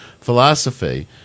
philosophy